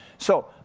so,